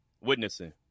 witnessing